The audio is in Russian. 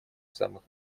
самых